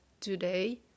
today